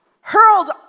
hurled